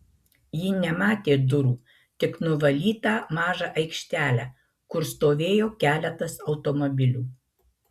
ji nematė durų tik nuvalytą mažą aikštelę kur stovėjo keletas automobilių